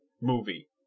movie